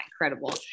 incredible